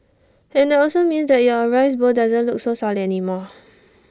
and that also means that your rice bowl doesn't look so solid anymore